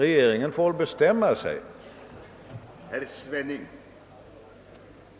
Regeringen får väl bestämma sig, hur man skall argumentera.